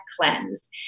cleanse